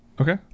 Okay